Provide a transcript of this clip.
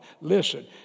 listen